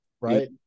Right